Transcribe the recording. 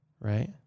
right